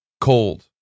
cold